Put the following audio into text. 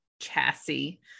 chassis